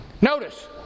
Notice